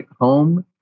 Home